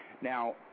Now